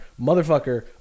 motherfucker